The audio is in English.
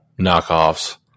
knockoffs